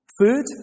Food